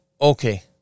okay